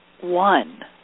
one